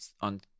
on